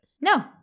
No